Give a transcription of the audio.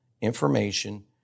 information